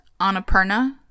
Annapurna